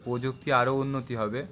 প্রযুক্তি আরও উন্নতি হবে